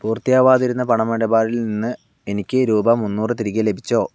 പൂർത്തിയാവാതിരുന്ന പണമിടപാടിൽ നിന്ന് എനിക്ക് രൂപ മുന്നൂറു തിരികെ ലഭിച്ചോ